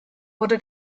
wurde